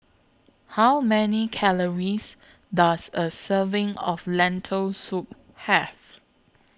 How Many Calories Does A Serving of Lentil Soup Have